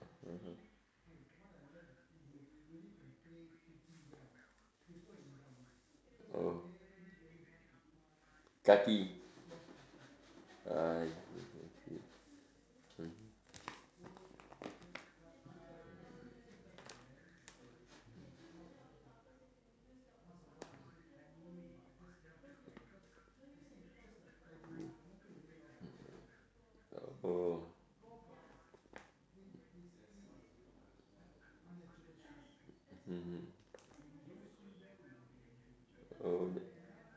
(uh huh) oh kaki ah oh mmhmm oh